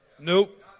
Nope